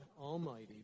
Almighty